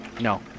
No